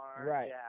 right